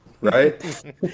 right